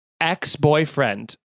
ex-boyfriend